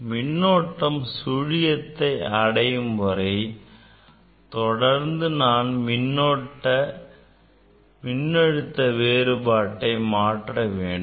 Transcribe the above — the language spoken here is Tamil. மின்னோட்டம் 0 வை அடையும்வரை தொடர்ந்து நான் மின்னழுத்த வேறுபாட்டை மாற்ற வேண்டும்